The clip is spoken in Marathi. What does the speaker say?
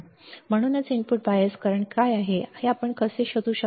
म्हणूनच इनपुट बायस करंट काय आहे हे आपण कसे शोधू शकतो